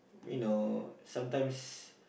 you know sometimes